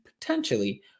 potentially